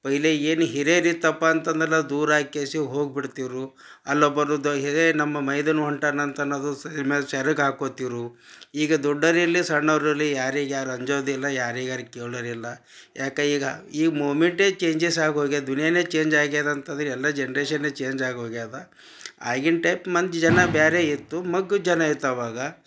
ಪೈಲೆ ಏನು ಹಿರೇದು ಇತ್ತಪ್ಪ ಅಂತಂದ್ರೆ ದೂರಾಕೇಸಿ ಹೋಗ್ಬಿಡ್ತಿದ್ರು ಅಲ್ಲೊಬ್ಬರದು ಹಿರಿ ನಮ್ಮ ಮೈದನ ಹೊಂಟಾನ ಅಂತ ಅನ್ನೋದು ಸೆರಗು ಹಾಕೋತಿದ್ರು ಈಗ ದೊಡ್ಡೋರು ಇರಲಿ ಸಣ್ಣವ್ರು ಇರಲಿ ಯಾರಿಗೆ ಯಾರೂ ಅಂಜೋದಿಲ್ಲ ಯಾರಿಗೆ ಯಾರೂ ಕೇಳೋರಿಲ್ಲ ಯಾಕೆ ಈಗ ಈ ಮೂಮೆಂಟೇ ಚೇಂಜಸ್ ಆಗಿ ಹೋಗ್ಯದ ದುನ್ಯಾನೆ ಚೇಂಜ್ ಆಗ್ಯಾದ ಅಂತಂದ್ರೆ ಎಲ್ಲ ಜನ್ರೇಷನ್ನೇ ಚೇಂಜ್ ಆಗಿ ಹೋಗ್ಯಾದ ಆಗಿನ ಟೈಪ್ ಮಂದಿ ಜನ ಬೇರೆ ಇತ್ತು ಮಗ್ ಜನ ಇತ್ತು ಅವಾಗ